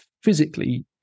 physically